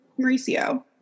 Mauricio